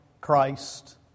Christ